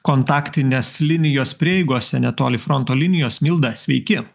kontaktinės linijos prieigose netoli fronto linijos milda sveiki